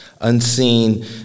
Unseen